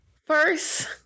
first